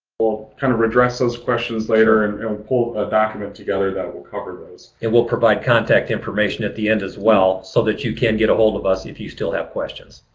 we'll kind of redress those questions later and will pull a document together that will cover those. and we'll provide contact information at the end as well so that you can get a hold of us if you still have questions.